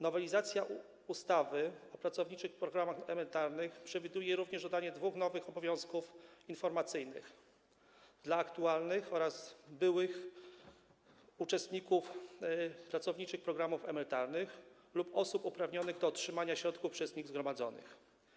Nowelizacja ustawy o pracowniczych programach emerytalnych przewiduje również dodanie dwóch nowych obowiązków informacyjnych dla aktualnych oraz byłych uczestników pracowniczych programów emerytalnych lub osób uprawnionych do otrzymania środków przez nich zgromadzonych.